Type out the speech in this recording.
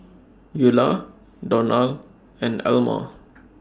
Eula Donal and Elmore